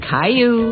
Caillou